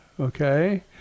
Okay